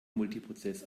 multiprozess